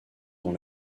dans